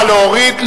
נא להוריד.